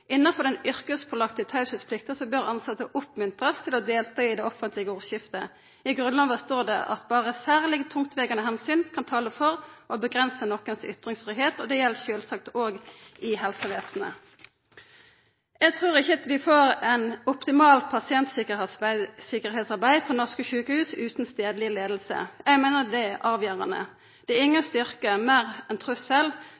Innanfor den yrkespålagde teieplikta bør tilsette bli oppmuntra til å delta i det offentlege ordskiftet. I Grunnlova står det at berre «særlig tungtveiende Hensyn» kan tala for å avgrensa ytringsfridomen til nokon, og det gjeld sjølvsagt òg i helsevesenet. Eg trur ikkje at vi får eit optimal pasientsikkerheitsarbeid på norske sjukehus utan leiing på plassen. Eg meiner at det er avgjerande. Det er